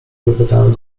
zapytałem